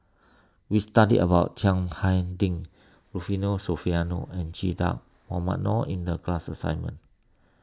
we studied about Chiang Hai Ding Rufino Soliano and Che Dah Mohamed Noor in the class assignment